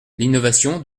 l’innovation